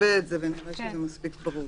נשווה את זה ונוודא שזה מספיק ברור.